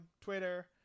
Twitter